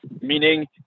meaning